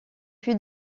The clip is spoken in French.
fut